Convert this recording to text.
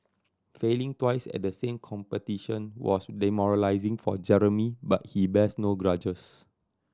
failing twice at the same competition was demoralising for Jeremy but he bears no grudges